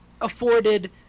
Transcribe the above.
afforded –